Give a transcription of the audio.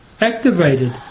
activated